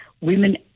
women